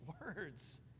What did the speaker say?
words